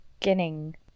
beginning